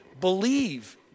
believe